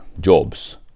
jobs